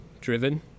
driven